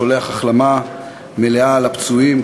שולח החלמה מלאה לפצועים,